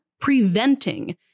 preventing